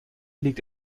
liegt